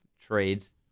trades